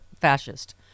fascist